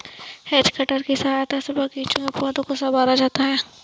has cutter की सहायता से बागीचों में पौधों को सँवारा जाता है